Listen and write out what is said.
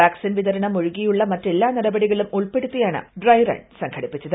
vaccine വിതരണം ഒഴികെയുള്ള മറ്റെല്ലാ നടപടികളും ഉൾപ്പെടുത്തിയാണ് ഡ്രൈ റൺ സംഘടിപ്പിച്ചത്